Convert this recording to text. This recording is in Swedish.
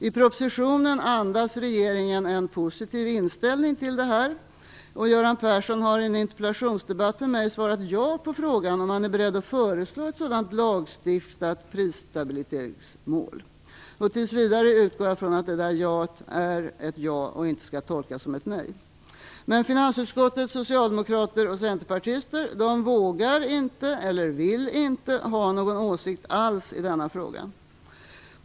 I propositionen andas regeringen en positiv inställning till det här, och Göran Persson har i en interpellationsdebatt med mig svarat ja på frågan om han är beredd att föreslå ett sådant lagstiftat prisstabilitetsmål. Jag utgår tills vidare från att detta ja är ett ja och inte skall tolkas som ett nej. Men finansutskottets socialdemokrater och centerpartister vågar inte eller vill inte ha någon åsikt alls i denna fråga.